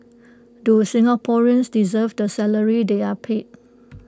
do Singaporeans deserve the salaries they are paid